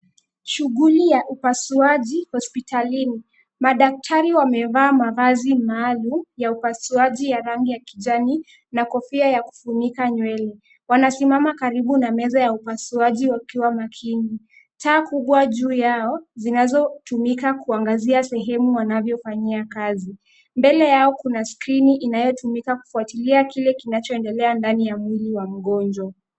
Shughuli ya upasuaji hospitalini. Madaktari wamevaa mavazi maalum ya upasuaji ya rangi ya kijani na kofia ya kufunika nywele. Wanasimama karibu na meza ya upasuaji wakiwa makini. Taa kubwa juu yao zinazotumiwa kuangazia sehemu wanavyofanyia kazi. Mbele yao kuna skrini inayotumika kufuatilia kile kinachoendelea ndani ya mwili wa mgonjwa.